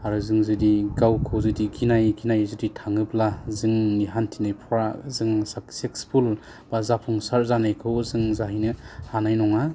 आरो जों जुदि गावखौ जुदि गिनाय गिनाय जुदि थाङोब्ला जोंनि हान्थिनायफोरा जों साक्सेसफुल बा जाफुंसार जानायखौ जों जाहैनो हानाय नङा